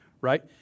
right